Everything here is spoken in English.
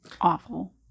Awful